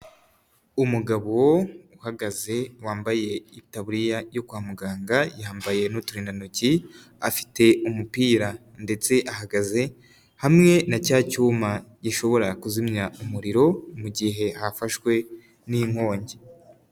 Umugabo uhagaze wambaye itaburiya yo kwa muganga yambaye n'uturindantoki, afite umupira ndetse ahagaze hamwe na cya cyuma gishobora kuzimya umuriro mugihe yafashwe n'inkongi.